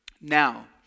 Now